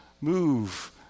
move